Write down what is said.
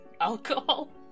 alcohol